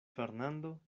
fernando